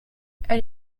elle